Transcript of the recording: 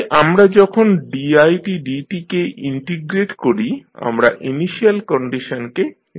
তাই আমরা যখন didt কে ইন্টিগ্রেট করি আমরা ইনিশিয়াল কন্ডিশনকে নির্দেশ করি